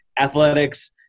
athletics